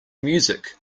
music